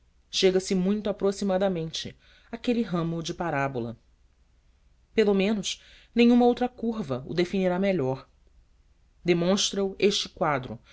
chega-se muito aproximadamente àquele ramo de parábola pelo menos nenhuma outra curva o definirá melhor demonstra o este quadro